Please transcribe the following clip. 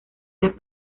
las